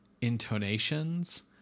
intonations